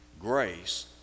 grace